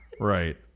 Right